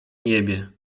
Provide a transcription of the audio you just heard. niebie